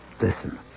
Listen